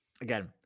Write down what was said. again